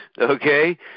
okay